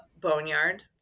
boneyard